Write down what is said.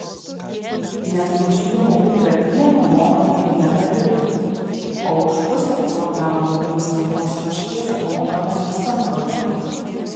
nes už vieną litrą pieno mokame vieną litą o už pusę kilogramo labai skanios varškės mokame pusantro lito